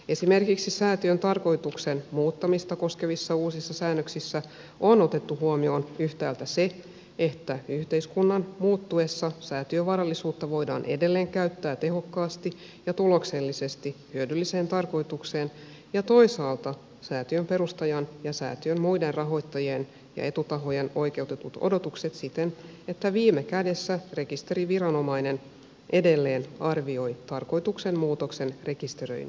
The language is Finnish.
esimerkiksi säätiön tarkoituksen muuttamista koskevissa uusissa säännöksissä on otettu huomioon yhtäältä se että yhteiskunnan muuttuessa säätiön varallisuutta voidaan edelleen käyttää tehokkaasti ja tuloksellisesti hyödylliseen tarkoitukseen ja toisaalta säätiön perustajan ja säätiön muiden rahoittajien ja etutahojen oikeutetut odotukset siten että viime kädessä rekisteriviranomainen edelleen arvioi tarkoituksen muutoksen rekisteröinnin edellytykset